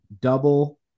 double